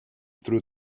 through